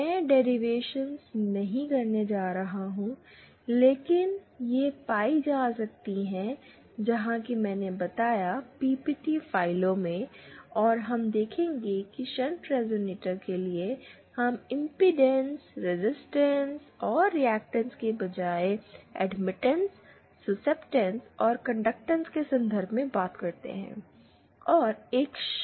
मैं डेरिवेशन नहीं करने जा रहा हूं लेकिन यह पाई जा सकती हैं जैसा कि मैंने बताया पीपीटी फाइलों में और हम देखेंगे कि शंट रिजोनेटर के लिए हम इंपेडेंस रेजिस्टेंस और रिएक्टेंस के बजाय एडमिटेंस सुस्सेप्टेंस और कंडक्टेंस के संदर्भ में बात करते हैं